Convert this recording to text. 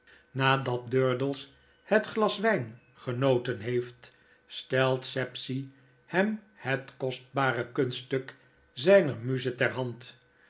nadat durdels het glas wijn genoten heeft stelt sapsea hem het kostbare kunststuk zyner muze ter hand